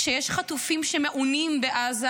כשיש חטופים שמעונים בעזה.